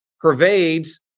pervades